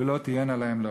ולא תהיין להם לאכלה,